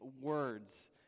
words